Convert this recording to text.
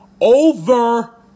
Over